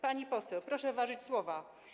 Pani poseł, proszę ważyć słowa.